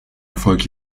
erfolg